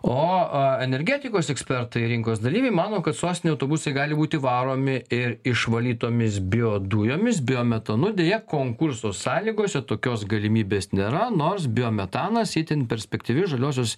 o a energetikos ekspertai rinkos dalyviai mano kad sostinių autobusai gali būti varomi ir išvalytomis biodujomis biometonu deja konkurso sąlygose tokios galimybės nėra nors biometanas itin perspektyvi žaliosios